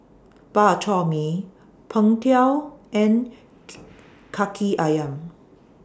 Bak Chor Mee Png Tao and Kaki Ayam